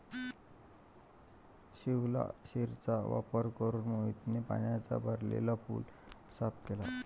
शिवलाशिरचा वापर करून मोहितने पाण्याने भरलेला पूल साफ केला